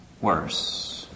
worse